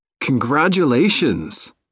Congratulations